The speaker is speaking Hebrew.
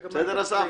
בסדר, אסף?